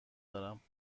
دارم